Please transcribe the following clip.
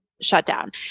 shutdown